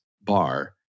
bar